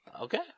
Okay